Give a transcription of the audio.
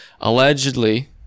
Allegedly